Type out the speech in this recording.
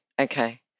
Okay